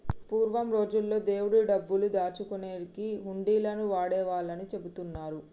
పూర్వం రోజుల్లో దేవుడి డబ్బులు దాచుకునేకి హుండీలను వాడేవాళ్ళని చెబుతున్నరు